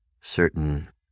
certain